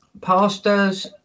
pastor's